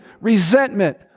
resentment